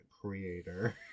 creator